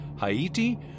Haiti